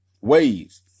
ways